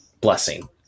blessing